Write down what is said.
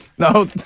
No